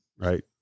right